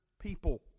people